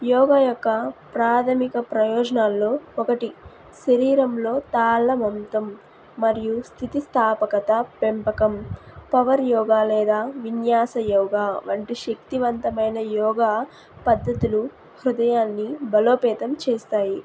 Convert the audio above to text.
యోగా యొక్క ప్రాథమిక ప్రయోజనాల్లో ఒకటి శరీరంలో తాళ మంతం మరియు స్థితి స్థాపకత పెంపకం పవర్ యోగా లేదా విన్యాస యోగా వంటి శక్తివంతమైన యోగా పద్ధతులు హృదయాన్ని బలోపేతం చేస్తాయి